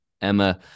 emma